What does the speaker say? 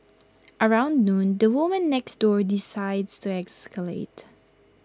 around noon the woman next door decides to escalate